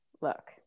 look